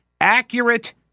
accurate